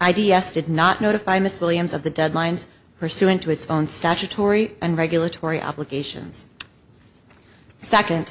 i d s did not notify miss williams of the deadlines pursuant to its own statutory and regulatory obligations second